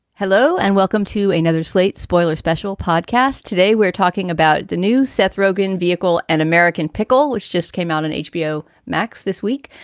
hello and welcome to another slate spoiler special podcast. today, we're talking about the new seth rogen vehicle and american pikul, which just came out on hbo, max, this week.